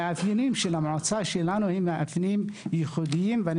המועצה שלנו עם מאפיינים ייחודיים ואני